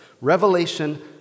Revelation